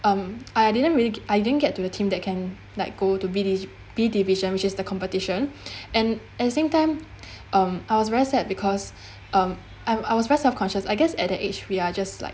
um I didn't really I didn't get to the team that can like go to B divis~ B division which is the competition and at the same time um I was very sad because um I'm I was very self conscious I guess at that age we are just like